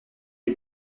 les